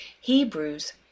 Hebrews